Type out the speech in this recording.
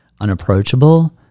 unapproachable